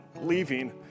leaving